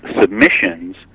submissions